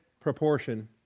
proportion